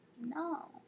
No